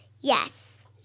Yes